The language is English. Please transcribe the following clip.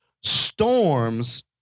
Storms